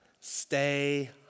stay